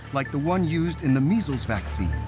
like the one used in the measles vaccine,